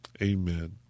amen